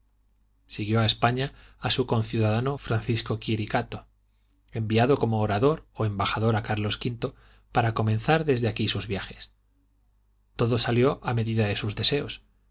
siguió a españa a su conciudadano francisco chiericato enviado como orador o embajador a carlos v para comenzar desde aquí sus viajes todo salió a medida de sus deseos